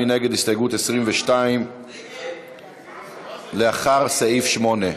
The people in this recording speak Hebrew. מי נגד הסתייגות 22 לאחרי סעיף 8?